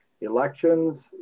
Elections